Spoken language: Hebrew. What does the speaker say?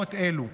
בשעות אלו.